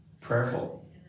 prayerful